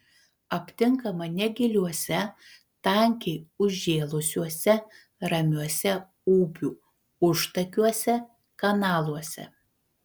aptinkama negiliuose tankiai užžėlusiuose ramiuose upių užtakiuose kanaluose